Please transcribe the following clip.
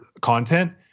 content